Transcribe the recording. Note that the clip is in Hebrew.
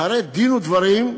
אחרי דין ודברים,